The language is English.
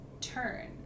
turn